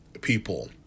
people